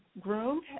groomed